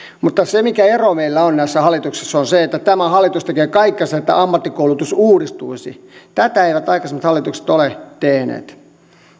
mutta mikä ero meillä on näissä hallituksissa on se että tämä hallitus tekee kaikkensa että ammattikoulutus uudistuisi tätä eivät aikaisemmat hallitukset ole tehneet